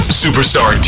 superstar